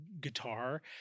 guitar